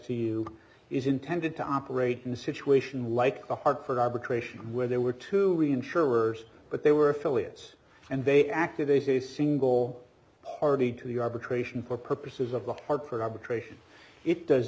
you is intended to operate in a situation like the hartford arbitration where there were two way insurers but they were affiliates and they acted as a single party to the arbitration for purposes of the hartford arbitration it does